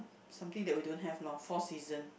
something that we don't have loh four season